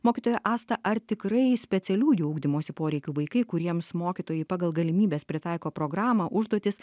mokytoja asta ar tikrai specialiųjų ugdymosi poreikių vaikai kuriems mokytojai pagal galimybes pritaiko programą užduotis